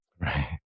Right